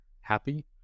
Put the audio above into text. happy